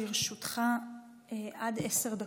לרשותך עד עשר דקות.